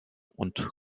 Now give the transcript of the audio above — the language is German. und